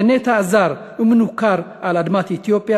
כנטע זר ומנוכר על אדמת אתיופיה,